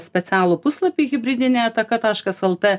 specialų puslapį hibridinė ataka taškas el t